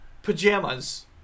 Pajamas